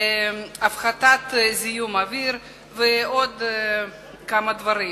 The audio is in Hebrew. הפחתת זיהום האוויר ועוד כמה דברים.